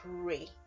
pray